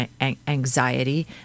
anxiety